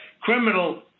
criminal